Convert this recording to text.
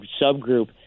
subgroup –